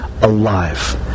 alive